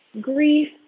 grief